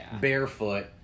barefoot